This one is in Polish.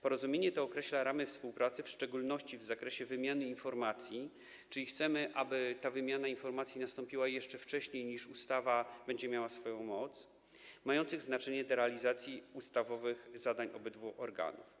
Porozumienie to określa ramy współpracy w szczególności w zakresie wymiany informacji, czyli chcemy, aby ta wymiana informacji nastąpiła jeszcze wcześniej, niż ustawa będzie miała swoją moc, mających znaczenie dla realizacji ustawowych zadań obydwu organów.